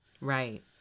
Right